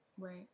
Right